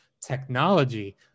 Technology